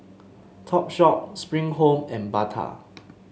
Topshop Spring Home and Bata